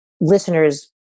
listeners